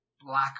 black